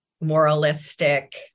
moralistic